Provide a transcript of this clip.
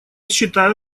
считаю